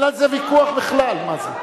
אין על זה ויכוח בכלל, מה זה.